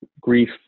grief